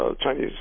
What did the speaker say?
Chinese